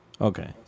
Okay